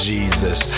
Jesus